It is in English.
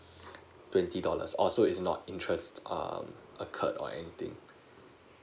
twenty dollars oo so it's not interests err occurred or anything